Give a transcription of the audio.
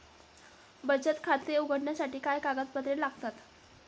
बचत खाते उघडण्यासाठी काय कागदपत्रे लागतात?